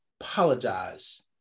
apologize